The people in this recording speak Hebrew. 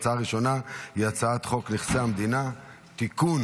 ההצעה הראשונה היא הצעת חוק נכסי המדינה (תיקון,